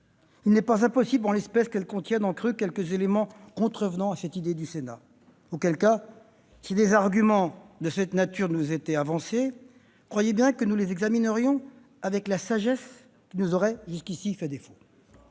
Il n'est pas impossible, en l'espèce, qu'elle contienne en creux quelques éléments contrevenant à une certaine idée du Sénat. Auquel cas, si des arguments de cette nature nous étaient avancés, croyez bien que nous les examinerions avec la sagesse qui nous aurait jusqu'ici fait défaut.